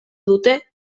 dute